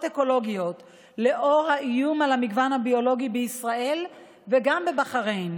אקולוגיות לנוכח האיום על המגוון הביולוגי בישראל וגם בבחריין,